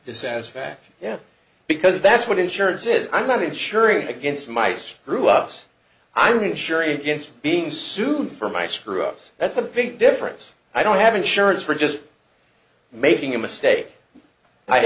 dissatisfaction yeah because that's what insurance is i'm not insuring against my screw ups i'm sure against being sued for my screw ups that's a big difference i don't have insurance for just making a mistake